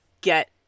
get